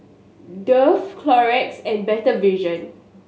Dove Clorox and Better Vision